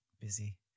busy